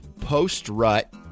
post-rut